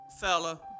fella